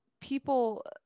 people